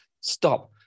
stop